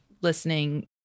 listening